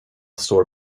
står